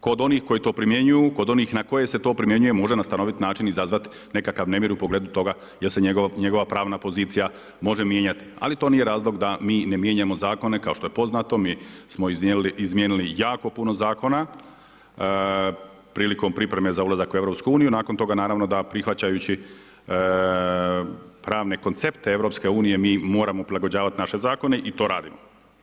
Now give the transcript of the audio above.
kod onih koji to primjenjuju, kod onih na koje se to primjenjuje može na stanovit način izazvat nekakav nemir u pogledu toga, gdje se njegova pravna pozicija može mijenjati, ali to nije razlog da mi ne mijenjamo zakone, kao što je poznato, mi smo izmijenili jako puno zakona, prilikom pripreme za ulazak u EU, nakon toga, naravno, da prihvaćajući pravne koncepte EU, mi moramo prilagođavati naše zakone i to radimo.